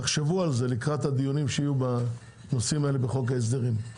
תחשבו על זה לקראת הדיונים שיהיו בנושאים אלה בחוק ההסדרים.